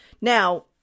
Now